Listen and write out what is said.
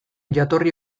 jatorri